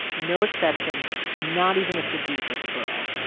no exceptions. not even if the dude was a girl.